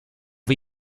the